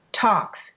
talks